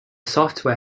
software